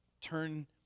turn